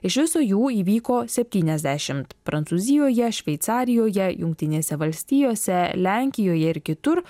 iš viso jų įvyko septyniasdešim prancūzijoje šveicarijoje jungtinėse valstijose lenkijoje ir kitur